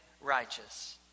righteous